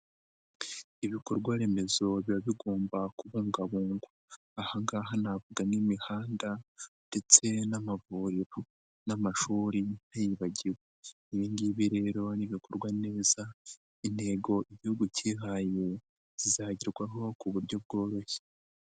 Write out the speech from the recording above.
Ibikorwa remezo biba bigomba kubungabungwa. Aha ngaha navuga nk'imihanda ndetse n'amavuriro n'amashuri ntibagiwe. Ibi ngibi rero nibikorwa neza intego Igihugu kihaye zizagerwaho ku buryo bworoshye.